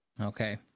Okay